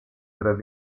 tres